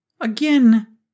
again